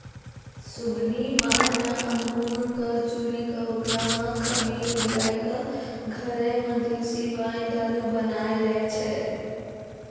सुगनी माय न अंगूर कॅ चूरी कॅ होकरा मॅ खमीर मिलाय क घरै मॅ देशी वाइन दारू बनाय लै छै